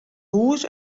hús